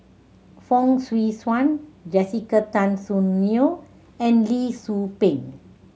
Fong Swee Suan Jessica Tan Soon Neo and Lee Tzu Pheng